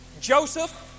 Joseph